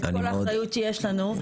את כל האחריות שיש לנו.